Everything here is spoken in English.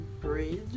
bridge